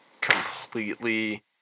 completely